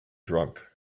drunk